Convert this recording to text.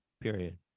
period